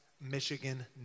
Michigan